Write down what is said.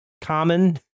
common